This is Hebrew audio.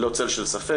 ללא צל של ספק.